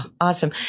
Awesome